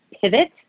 pivot